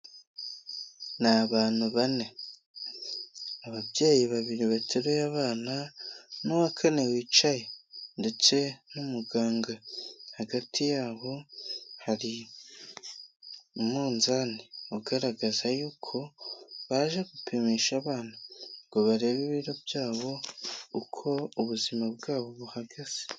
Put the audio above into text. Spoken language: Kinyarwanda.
Ni abantu bane. Ababyeyi babiri bateruye abana n'uwa kane wicaye ndetse n'umuganga. Hagati yabo hari umunzani ugaragaza y'uko baje gupimisha abana ngo barebe ibiro byabo, uko ubuzima bwabo buhagaze.